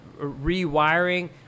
rewiring